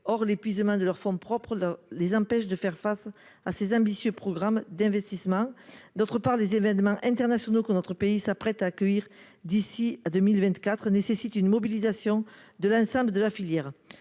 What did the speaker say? or l'épuisement de leurs fonds propres, là les empêche de faire face à ses ambitieux programme d'investissement, d'autre part, les événements internationaux que notre pays s'apprête à accueillir d'ici à 2024 nécessite une mobilisation de l'ensemble de la filière